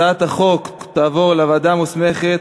הצעת החוק תעבור לוועדה המוסמכת,